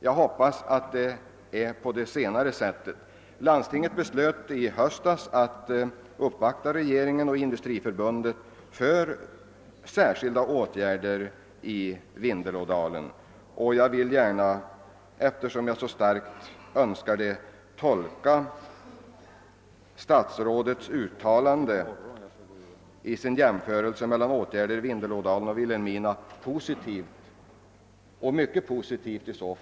Jag hoppas att så är fallet. Landstinget beslöt i höstas att uppvakta regeringen och Industriförbundet för att få till stånd särskilda åtgärder i Vindelådalen. Eftersom jar så starkt önskar det, tolkar jag statsrådets jämförelse mellan åtgärder Vindelådalen och åtgärder i Vilhelmina positivt — det skulle i så fall vara särskilt.